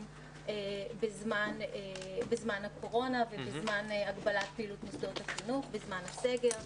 בזמן הקורונה ובזמן הגבלת פעילות מוסדות החינוך בזמן הסגר.